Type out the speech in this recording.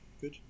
Good